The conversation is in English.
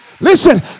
Listen